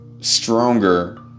stronger